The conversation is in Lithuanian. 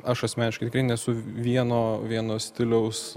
aš asmeniškai tikrai nesu vieno vieno stiliaus